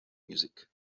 music